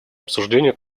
обсуждения